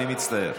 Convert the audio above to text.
אני מצטער.